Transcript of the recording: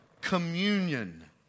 communion